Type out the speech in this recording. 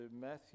Matthew